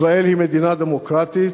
ישראל היא מדינה דמוקרטית,